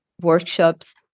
workshops